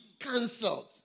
cancelled